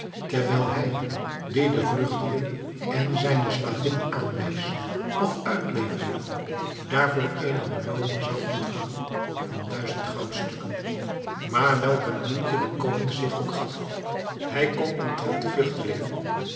terwijl hij die den vlugteling en zijne slavin aanwees of uitleverde daarvoor eene belooning zou ontvangen van duizend goudstukken maar welke moeite de koning zich ook gaf hij kon omtrent de vlugtelingen